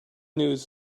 news